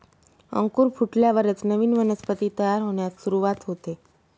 अंकुर फुटल्यावरच नवीन वनस्पती तयार होण्यास सुरूवात होते